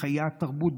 בחיי התרבות,